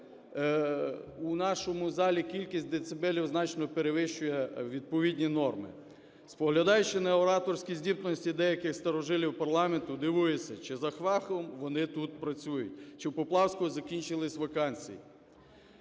у нашому залі кількість децибелів значно перевищує відповідні норми. Споглядаючи на ораторські здібності деяких старожилів парламенту, дивуєшся, чи за фахом вони тут, чи у Поплавського закінчилися вакансії.